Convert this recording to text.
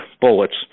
bullets